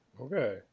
Okay